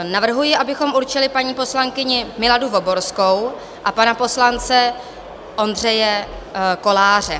Navrhuji, abychom určili paní poslankyni Miladu Voborskou a pana poslance Ondřeje Koláře.